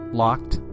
locked